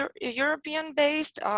European-based